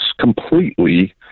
completely